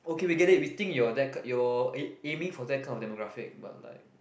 okay we get it we think your that kind your ai~ aiming for that kind of demographic but like